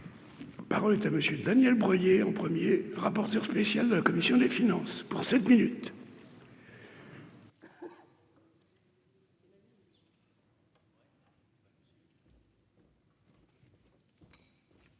parole est à Monsieur Daniel Breuiller en 1er, rapporteur spécial de la commission des finances pour sept minutes.